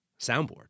soundboard